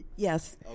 Yes